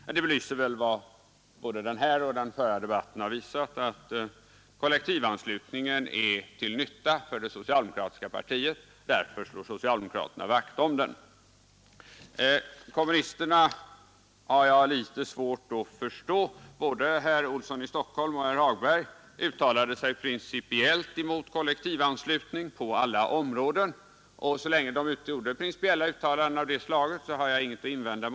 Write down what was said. Detta belyser vad både denna och föregående debatt har visat, nämligen att kollektivanslutningen är till nytta för det socialdemokratiska partiet. Därför slår socialdemokraterna vakt om den. Kommunisterna har jag litet svårt att förstå. Både herr Olsson i Stockholm och herr Hagberg uttalade sig principiellt emot kollektivanslutning på alla områden. Så länge de gör principiella uttalanden av det slaget har jag ingenting att invända.